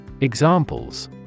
Examples